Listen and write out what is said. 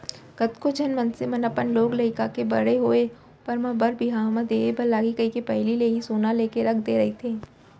कतको झन मनसे मन अपन लोग लइका के बड़े होय ऊपर म बर बिहाव म देय बर लगही कहिके पहिली ले ही सोना लेके रख दे रहिथे